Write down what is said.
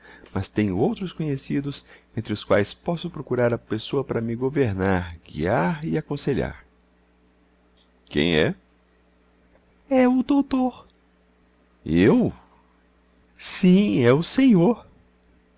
mas tenho outros conhecidos entre os quais posso procurar a pessoa para me governar guiar e aconselhar quem é é o doutor eu sim é o senhor